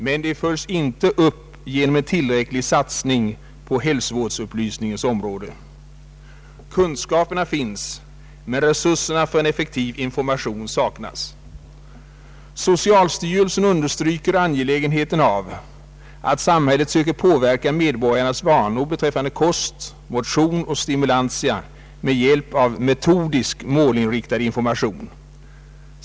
Men de följs inte upp genom en tillräcklig satsning på hälsovårdsupplysningens område. Kunskaperna finns, men resurserna för en effektiv information saknas. Socialstyrelsen understryker angelägenheten av att samhället söker påverka medborgarnas vanor beträffande kost, motion och stimulantia med hjälp av metodisk, målinriktad information.